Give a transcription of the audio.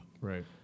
Right